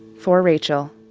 for rachael,